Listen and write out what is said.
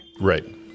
Right